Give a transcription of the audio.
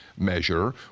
measure